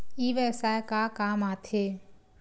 ई व्यवसाय का काम आथे?